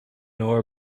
nor